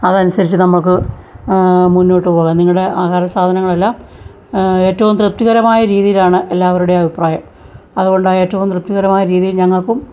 അതനുസരിച്ച് നമുക്ക് മുന്നോട്ടു പോകാൻ നിങ്ങളുടെ ആഹാരസാധനങ്ങളെല്ലാം ഏറ്റവും തൃപ്തികരമായ രീതിയിലാണ് എല്ലാവരുടെയും അഭിപ്രായം അതുകൊണ്ടാണ് ഏറ്റവും തൃപ്തികരമായ രീതിയിൽ ഞങ്ങൾക്കും